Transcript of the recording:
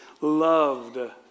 loved